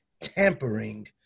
tampering